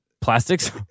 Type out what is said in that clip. plastics